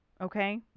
okay